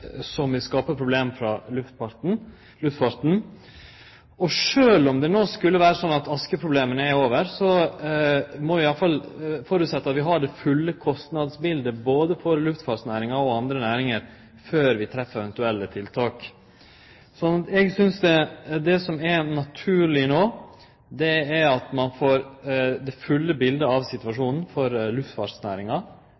vil skape problem for luftfarten. Og sjølv om det no skulle vere slik at oskeproblema er over, må vi alle fall føresetje at vi har det fulle kostnadsbiletet både for luftfartsnæringa og andre næringar før vi set i verk eventuelle tiltak. Eg synest det som er naturleg no, er at ein får det fulle biletet av